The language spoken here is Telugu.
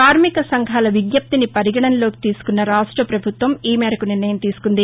కార్మిక సంఘాల విజ్ఞప్తిని పరిగణలోకి తీసుకున్న రాష్టపభుత్వం ఈ మేరకు నిర్ణయం తీసుకుంది